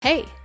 Hey